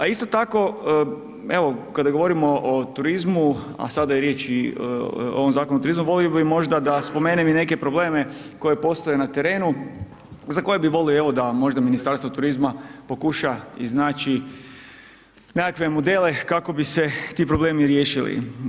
A isto tako, evo kada govorimo o turizmu, a sada je i riječ o ovom Zakonu o turizmu, volio bi možda da spomenem i neke probleme koje postoje na terenu, za koje bi volio, evo da možda Ministarstvo turizma pokuša iznaći nekakve modele kako bi se ti problemi riješili.